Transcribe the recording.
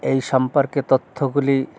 এই সম্পর্কে তথ্যগুলি